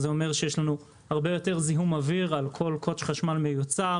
זה אומר שיש לנו הרבה יותר זיהום אוויר על כל קוט"ש חשמל מיוצר,